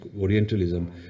Orientalism